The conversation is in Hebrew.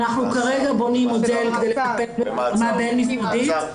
אנחנו כבר בונים מודל כדי לטפל ברמה הבין משרדית.